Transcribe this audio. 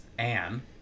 Anne